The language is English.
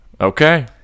Okay